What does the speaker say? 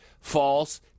false